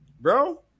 bro